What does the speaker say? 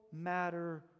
matter